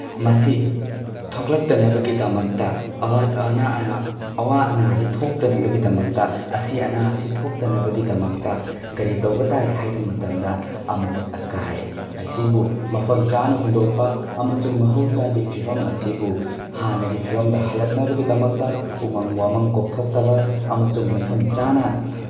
ꯃꯁꯤ ꯊꯣꯛꯂꯛꯇꯅꯕꯒꯤꯗꯃꯛꯇ ꯑꯋꯥ ꯑꯅꯥꯁꯤ ꯊꯣꯛꯇꯅꯕꯒꯤꯗꯃꯛꯇ ꯑꯁꯤ ꯑꯅꯥ ꯑꯁꯤ ꯊꯣꯛꯇꯅꯕꯒꯤꯗꯃꯛꯇ ꯀꯔꯤ ꯇꯧꯕ ꯇꯥꯏ ꯍꯥꯏꯕ ꯃꯇꯝꯗ ꯑꯃꯣꯠ ꯑꯀꯥꯏ ꯑꯁꯤꯕꯨ ꯃꯐꯝ ꯆꯥꯅ ꯍꯨꯟꯗꯣꯛꯄ ꯑꯃꯁꯨꯡ ꯃꯍꯧꯁꯥꯒꯤ ꯐꯤꯚꯝ ꯑꯁꯤꯕꯨ ꯍꯥꯟꯅꯒꯤ ꯐꯤꯚꯝꯗ ꯍꯜꯂꯛꯅꯕꯒꯤꯗꯃꯛꯇ ꯎꯃꯪ ꯋꯥꯃꯪ ꯀꯣꯛꯊꯣꯛꯇꯕ ꯑꯃꯁꯨꯡ ꯃꯐꯝ ꯆꯥꯅ